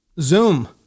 Zoom